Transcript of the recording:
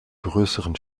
größeren